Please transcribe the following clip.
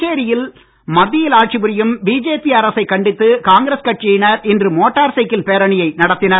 புதுச்சேரியில் மத்தியில் ஆட்சி புரியும் பிஜேபி அரசைக் கண்டித்து காங்கிரஸ் கட்சியினர் இன்று மோட்டார் சைக்கிள் பேரணியை நடத்தினர்